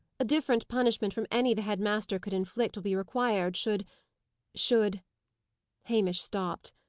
a different punishment from any the head-master could inflict will be required, should should hamish stopped.